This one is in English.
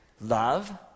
Love